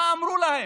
מה אמרו להם?